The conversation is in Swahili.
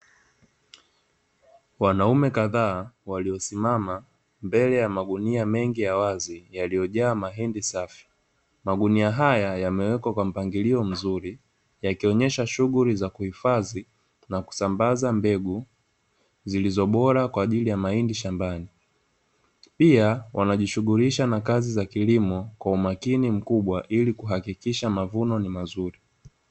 Wanaume ladhaa walisimama mbele ya majuni mengi ya wazi yaliojaa mahindi safi, maguni haya yamewekwa kwa mpangilio mzuri yakionyesha shughuli za kuhifadhi na kusambaza mbegu zilizo bora kwajili ya mahindi shambani. Pia wanajishughulisha na kazi za kilimo kwa umakini mkubwa ili kuhakikisha mavuno ni mazuri.